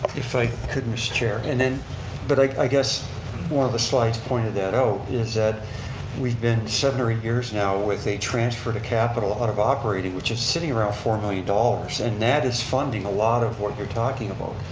if i could, mr. chair. and and but like i guess one of the slides pointed that out is that we've been seven or eight years now with a transfer to capital out of operating which is sitting around four million dollars and that is funding a lot of what you're talking about,